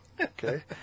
Okay